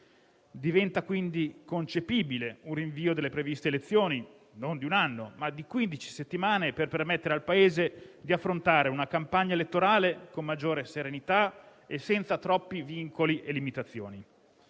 Diventa quindi concepibile un rinvio delle previste elezioni, non di un anno, ma di quindici settimane, per permettere al Paese di affrontare la campagna elettorale con maggiore serenità e senza troppi vincoli e limitazioni.